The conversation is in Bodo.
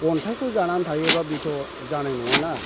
अन्थाइखौ जानानै थायोबा बेथ' जानाय नङा ना